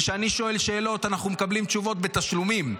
וכשאני שואל שאלות אנחנו מקבלים תשובות בתשלומים,